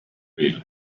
grill